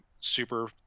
super